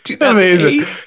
Amazing